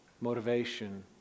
motivation